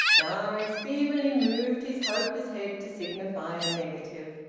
darius feebly moved his hopeless head to signify a negative.